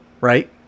Right